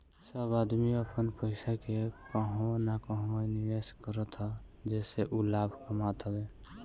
सब आदमी अपन पईसा के कहवो न कहवो निवेश करत हअ जेसे उ लाभ कमात हवे